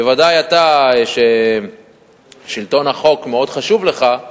בוודאי אתה, ששלטון מאוד חשוב לך,